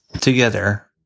together